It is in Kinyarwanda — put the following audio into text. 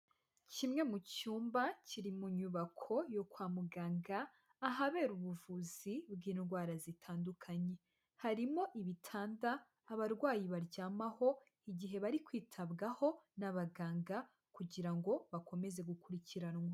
Kimwe mu cyumba kiri mu nyubako yo kwa muganga, ahabera ubuvuzi bw'indwara zitandukanye. Harimo ibitanda, abarwayi baryamaho igihe bari kwitabwaho n'abaganga, kugira ngo bakomeze gukurikiranwa.